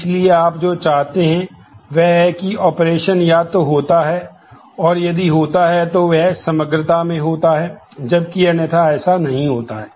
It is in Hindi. इसलिए आप जो चाहते हैं वह है कि ऑपरेशन या तो होता है और यदि होता है तो यह समग्रता में होता है जबकि अन्यथा ऐसा नहीं होता है